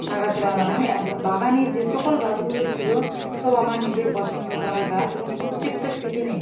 লাগাতে লাগলাম মানে এগ বাগানের যে সকল গাছগুলো ছিলো সব আমার নিজের পছন্দ করা গাছ এবং প্রত্যেকটা সিজনে